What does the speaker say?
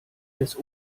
des